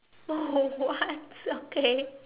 oh what okay